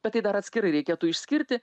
bet tai dar atskirai reikėtų išskirti